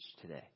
today